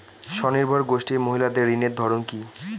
স্বনির্ভর গোষ্ঠীর মহিলাদের ঋণের ধরন কি?